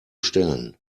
stellen